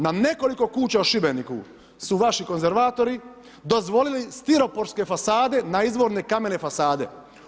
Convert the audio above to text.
Na nekoliko kuća u Šibeniku su vaši konzervatori dozvolili stiroporske fasade na izvorne kamene fasade.